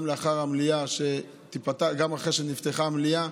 גם אחרי שנפתחה המליאה,